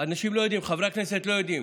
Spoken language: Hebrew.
אנשים לא יודעים, חברי הכנסת לא יודעים.